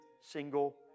single